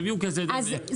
תביאו כסף.